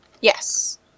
yes